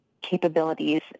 capabilities